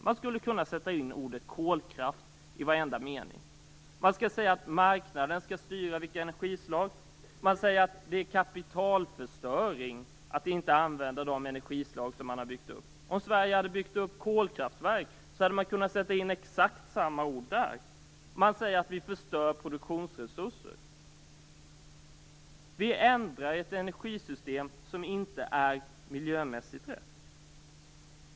Man skulle kunna sätta in ordet kolkraft i varenda mening. Man kan säga att marknaden skall styra vilka energislag det skall vara. Man kan säga att det är kapitalförstöring att inte använda de energislag som har byggts upp. Om det hade byggts kolkraftverk i Sverige kunde man sätta in exakt samma ord där. Man kan säga att vi förstör produktionsresurser. Vi ändrar ett energisystem som miljömässigt inte är rätt.